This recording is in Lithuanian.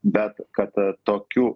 bet kad tokių